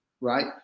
right